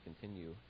continue